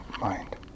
mind